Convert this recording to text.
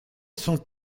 son